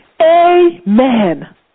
Amen